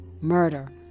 murder